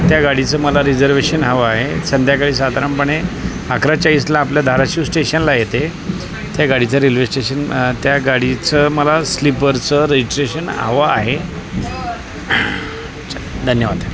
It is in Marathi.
त्या गाडीचं मला रिजर्वेशन हवं आहे संध्याकाळी साधारणपणे अकरा चाळीसला आपल्या धाराशिव स्टेशनला येते त्या गाडीचं रेल्वे स्टेशन त्या गाडीचं मला स्लिपरचं रजिस्ट्रेशन हवं आहे च धन्यवाद